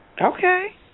Okay